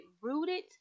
rooted